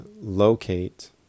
locate